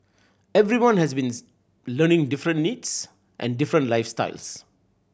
everyone has been learning different needs and different life styles